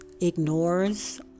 ignores